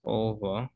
over